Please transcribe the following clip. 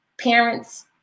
parents